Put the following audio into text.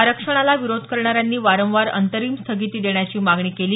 आरक्षणाला विरोध करणाऱ्यांनी वारंवार अंतरिम स्थगिती देण्याची मागणी केली